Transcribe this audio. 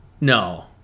No